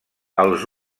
els